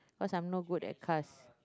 cause I'm no good at cars